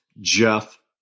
Jeff